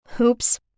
Oops